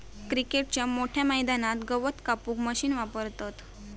क्रिकेटच्या मोठ्या मैदानात गवत कापूक मशीन वापरतत